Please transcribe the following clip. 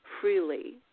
freely